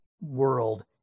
world